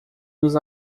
nos